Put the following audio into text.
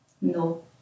No